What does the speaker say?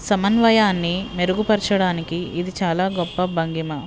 సమన్వయాన్ని మెరుగుపరచడానికి ఇది చాలా గొప్ప భంగిమ